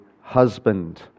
husband